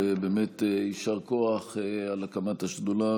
ובאמת יישר כוח על הקמת השדולה,